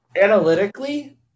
Analytically